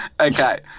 Okay